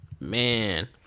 man